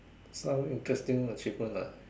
some interesting achievement lah